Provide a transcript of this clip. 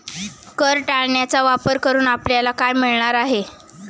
कर टाळण्याचा वापर करून आपल्याला काय मिळणार आहे?